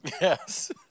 Yes